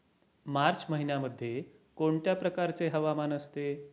मार्च महिन्यामध्ये कोणत्या प्रकारचे हवामान असते?